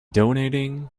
donating